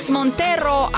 Montero